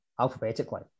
alphabetically